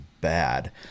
bad